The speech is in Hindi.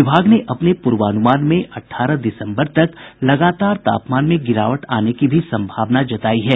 विभाग ने अपने पूर्वानुमान में अठारह दिसम्बर तक लगातार तापमान में गिरावट आने की भी संभावना जतायी है